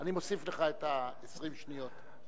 אני מוסיף לך את 20 השניות.